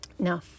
Now